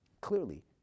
Clearly